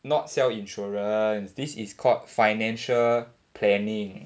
not sell insurance and this is called financial planning